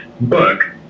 book